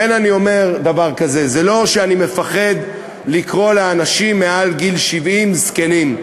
לכן אני אומר דבר כזה: זה לא שאני מפחד לקרוא לאנשים מעל גיל 70 זקנים,